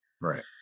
Right